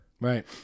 right